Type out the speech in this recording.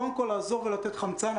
קודם כל לעזור ולתת חמצן,